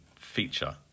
feature